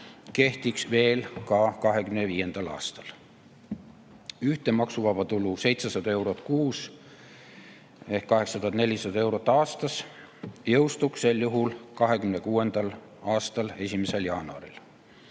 kehtiks veel ka 2025. aastal. Ühtne maksuvaba tulu 700 eurot kuus ehk 8400 eurot aastas jõustuks sel juhul 2026. aasta 1. jaanuaril.